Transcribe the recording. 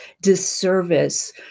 disservice